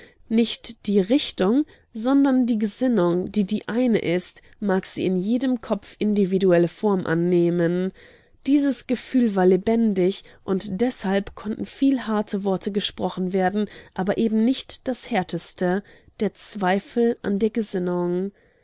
nicht die richtung sondern die gesinnung die die eine ist mag sie in jedem kopf individuelle form annehmen dieses gefühl war lebendig und deshalb konnten viel harte worte gesprochen werden aber eben nicht das härteste der zweifel an der